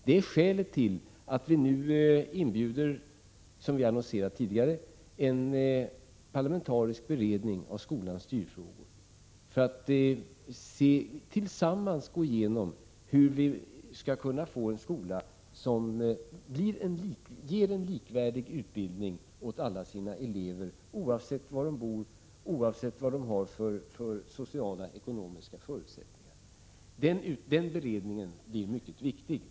Det är skälet till att vi nu, såsom vi tidigare har annonserat, inbjuder till en parlamentarisk beredning av skolans styrfrågor för att vi tillsammans skall diskutera hur vi skall kunna få en skola som ger en likvärdig utbildning åt alla sina elever, oavsett var de bor och oavsett vilka deras sociala förutsättningar är. Den beredningen blir mycket viktig.